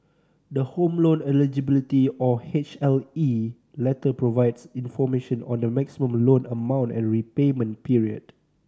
the Home Loan Eligibility or H L E letter provides information on the maximum loan amount and repayment period